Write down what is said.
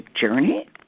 journey